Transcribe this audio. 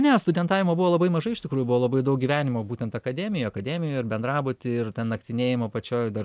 ne studentavimo buvo labai mažai iš tikrųjų buvo labai daug gyvenimo būtent akademijoj akademijoje ir bendrabuty ir naktinėjimo pačioj dar